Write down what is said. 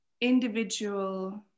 individual